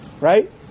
right